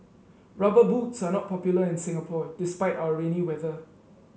rubber boots are not popular in Singapore despite our rainy weather